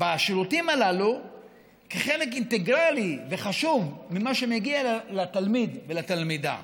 בשירותים הללו כחלק אינטגרלי וחשוב ממה שמגיע לתלמיד ולתלמידה.